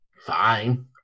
fine